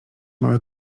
małe